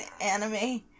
anime